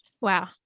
Wow